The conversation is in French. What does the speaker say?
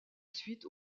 suite